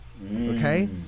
Okay